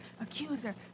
accuser